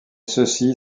ceci